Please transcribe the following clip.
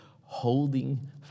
holding